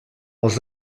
els